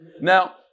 Now